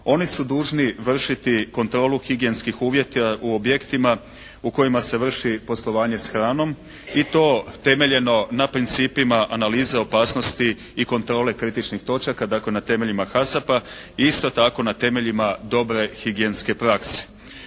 Oni su dužni vršiti kontrolu higijenskih uvjeta u objektima u kojima se vrši poslovanje s hranom i to temeljeno na principima analize opasnosti i kontrole kritičnih točaka. Dakle, na temeljima HASAP-a i isto tako na temeljima dobre higijenske prakse.